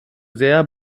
sehr